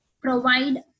Provide